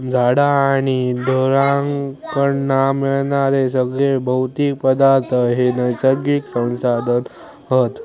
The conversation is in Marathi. झाडा आणि ढोरांकडना मिळणारे सगळे भौतिक पदार्थ हे नैसर्गिक संसाधन हत